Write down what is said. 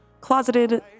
closeted